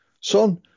son